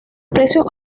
precios